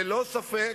ללא ספק,